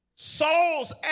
Saul's